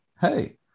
hey